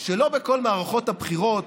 שלא בכל מערכות הבחירות